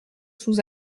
sous